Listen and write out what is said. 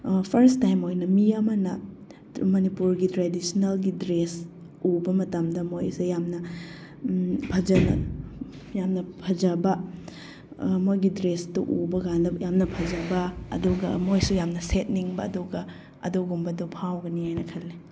first time ꯑꯣꯏꯅ ꯃꯤ ꯑꯃꯅ ꯃꯅꯤꯄꯨꯔꯒꯤ ꯇ꯭ꯔꯦꯗꯤꯁꯟꯅꯦꯜꯒꯤ ꯗ꯭ꯔꯦꯁ ꯎꯕ ꯃꯇꯝꯗ ꯃꯣꯏꯁꯦ ꯌꯥꯝꯅ ꯐꯖꯅ ꯌꯥꯝꯅ ꯐꯖꯕ ꯃꯣꯏꯒꯤ ꯗ꯭ꯔꯦꯁꯇꯨ ꯎꯕ ꯀꯥꯟꯗ ꯌꯥꯝꯅ ꯐꯖꯕ ꯑꯗꯨꯒ ꯃꯣꯏꯁꯨ ꯌꯥꯝꯅ ꯁꯦꯠꯅꯤꯡꯕ ꯑꯗꯨꯒ ꯑꯗꯨꯒꯨꯝꯕꯗꯨ ꯐꯥꯎꯒꯅꯤ ꯍꯥꯏꯅ ꯈꯜꯂꯦ